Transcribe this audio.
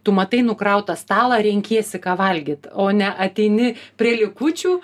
tu matai nukrautą stalą renkiesi ką valgyt o ne ateini prie likučių